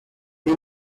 you